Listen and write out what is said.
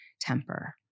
temper